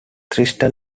thistle